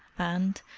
and,